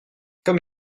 comme